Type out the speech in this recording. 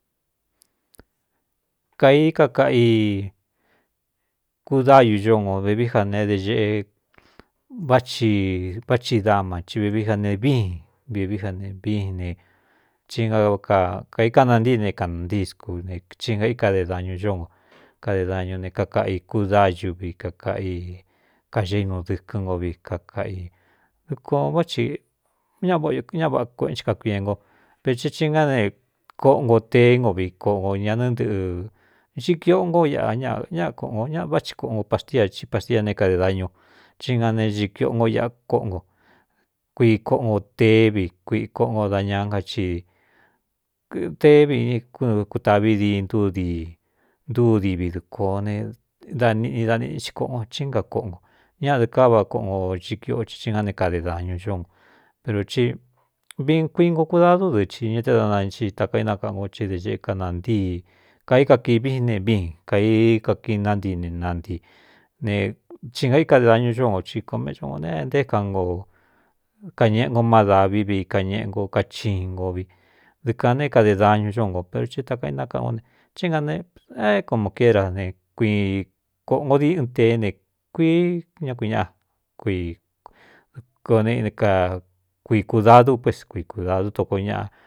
Kaī kakaꞌa i kudáyu ño no vivií ja ne de eꞌe vá thi dama ci vevií ja ne víin vivi ja ne viin ne i ná kaikana ntíi ne kānantí skú ne chingaíkade dañu óno kade dañu ne kakaꞌa i kúdáañuvi kakaꞌa i kaxe inu dɨ̄kɨ́n nko vi kakaꞌa i dɨkō vá ti ñꞌ ña vaꞌa kueꞌen chi kakuie ngo ve te ti ngá ne koꞌo ngo teé ngo vi koꞌo o ñanɨ ntɨꞌɨ xi kiꞌo nko iꞌa ñá koꞌono ñ vá thi koꞌono paxtia i paxtia ne kade dañu chi nga ne xiꞌkiꞌo ngó iꞌa kóꞌo nko kui koꞌono tevi kui koꞌo no da ña á nja citevikutāꞌví dii ntúdi ntúdivi dukōo ne daniꞌni daniꞌ xhi koꞌono chínga koꞌ nko ñaꞌdɨ káva koꞌono xi kiꞌo cii ngá ne kade dañu xon pero ti vin kuii nko kudadú dɨ chiña te da nanchii takainákaꞌan nko ci de xeꞌe kanantíi kai kakī viin ne viin kaī kakiꞌin ná ntiine nantíi ne si nga íkade dañu xó no ci ko méꞌxono ne nté kan nko kañeꞌe ngo má dāvi vi kañeꞌe o kachiin ngo vi dɨkāꞌn na é kade dañu ñó nko pero ti takainákaꞌan ko ne thé é na neaé ko mo kérā ne kuiin koꞌo ngo di ɨ teé ne kuií ña kui ñaꞌa kui dɨko ne ka kui kūdadú pués kui kūdadu toko ñꞌa.